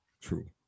True